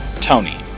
Tony